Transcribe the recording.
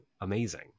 amazing